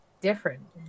different